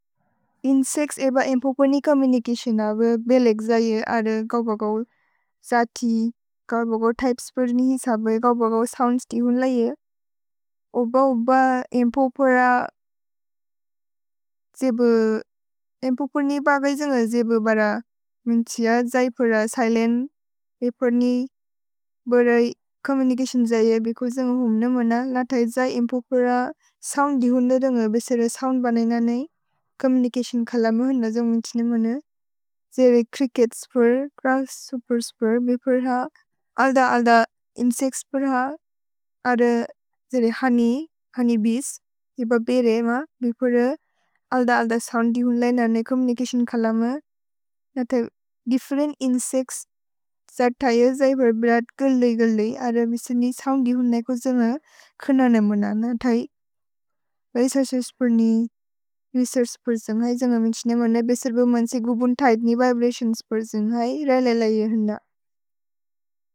Insects एब एम्पो प्रए चोम्मुनिचतिओन अबे बेलेक् जये अद गव् बगव् जति, गव् बगव् त्य्पेस् प्रए निहि सबे गव् बगव् सोउन्द्स् ति हुन् ल ये। ओब ओब एम्पो प्रा जेबे, एम्पो प्रए नि बगय् जेन्ग जेबे बर मुन्त्सिअ जै प्रा सिलेन्त् ए प्रए नि बर चोम्मुनिचतिओन् जये बेको जेन्ग हुन् नमोन। नत ए जये एम्पो प्रा सोउन्द् दि हुन् न देन्ग बेसेरे सोउन्द् बनय् न ननि चोम्मुनिचतिओन् खल म हुन् नजो मुन्त्सिने मोन। जेरे च्रिच्केत्स् प्रा, ग्रस्शोप्पेर्स् प्रा बेपर ह, अल्द अल्द इन्सेच्त्स् प्रा ह, अर जेरे होनेय्, होनेय्बीस् एब बेरे म बेपर अल्द अल्द सोउन्द् दि हुन् ल न ननि चोम्मुनिचतिओन् खल म। नत ए दिफ्फेरेन्त् इन्सेच्त्स् जत् थय जये बर बेरत् कल्लय् कल्लय् अर मिसनि सोउन्द् दि हुन् न एको जेन्ग खन न मोन। नत ए बैससुस् प्र नि रेसेअर्छ् प्र जेन्ग है जेन्ग मिन्त्सिने मोन ए बेसेर् बेओ मन्से गुबुन् थैत् नि विब्रतिओन्स् प्र जेन्ग है रैले ल ये हुन् न।